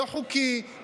לא חוקי,